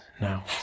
now